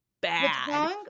bad